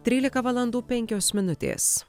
trylika valandų penkios minutės